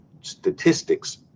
statistics